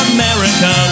America